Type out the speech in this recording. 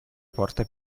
porta